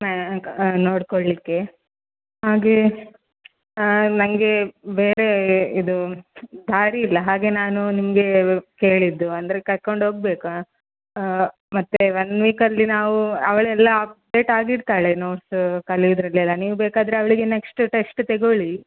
ಮ್ಯಾ ನೋಡಿಕೊಳ್ಳಿಕ್ಕೆ ಹಾಗೆ ನನಗೆ ಬೇರೆ ಇದು ದಾರಿಯಿಲ್ಲ ಹಾಗೆ ನಾನು ನಿಮಗೆ ಕೇಳಿದ್ದು ಅಂದರೆ ಕರ್ಕೊಂಡೋಗ್ಬೇಕು ಮತ್ತು ವನ್ ವೀಕಲ್ಲಿ ನಾವು ಅವಳೆಲ್ಲ ಅಪ್ಡೇಟ್ ಆಗಿರ್ತಾಳೆ ನೋಡ್ಸ್ ಕಲಿಯುದ್ರಲ್ಲಿ ಎಲ್ಲ ನೀವು ಬೇಕಾದರೆ ಅವಳಿಗೆ ನೆಕ್ಸ್ಟ್ ಟೆಸ್ಟ್ ತೆಗೊಳ್ಳಿ